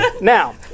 Now